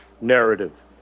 narrative